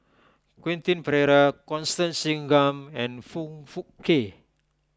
Quentin Pereira Constance Singam and Foong Fook Kay